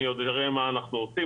אני עוד אראה מה אנחנו עושים.